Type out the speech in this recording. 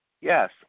Yes